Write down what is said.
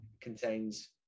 contains